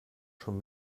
schon